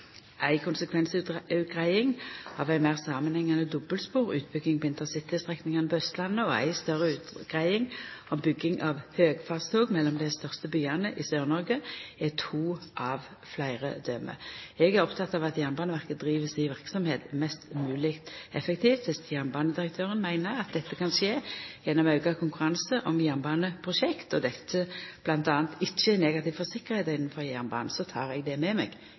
Ei konsekvensutgreiing av ei meir samanhengande dobbeltsporutbygging på intercitystrekningane på Austlandet og ei større utgreiing av bygging av høgfartstog mellom dei største byane i Sør-Noreg er to av fleire døme. Eg er oppteken av at Jernbaneverket driv si verksemd mest mogleg effektivt. Dersom jernbanedirektøren meiner at dette kan skje gjennom auka konkurranse om jernbaneprosjekt, og dette bl.a. ikkje er negativt for tryggleiken innanfor jernbanen, tek eg det med meg